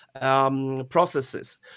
processes